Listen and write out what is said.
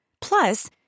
Plus